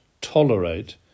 tolerate